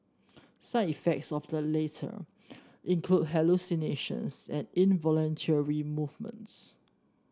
side effects of the latter include hallucinations and involuntary movements